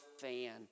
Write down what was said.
fan